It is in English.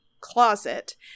closet